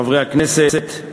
חברי הכנסת,